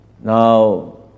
Now